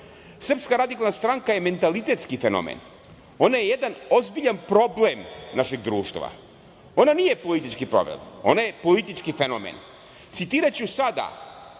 Srpska radikalna stranka je mentalitetski fenomen. Ona je jedan ozbiljan problem našeg društva. Ona nije politički problem. Ona je politički fenomen."Citiraću sada